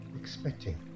expecting